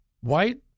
white